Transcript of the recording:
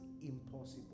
impossible